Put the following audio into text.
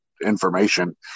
information